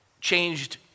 Changed